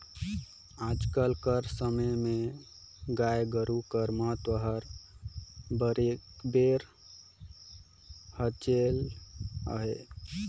आएज कर समे में गाय गरू कर महत हर बरोबेर हलेच अहे